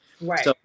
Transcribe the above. Right